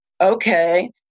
Okay